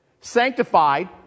Sanctified